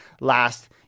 last